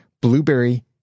Blueberry